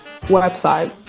website